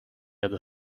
other